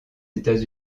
états